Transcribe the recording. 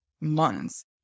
months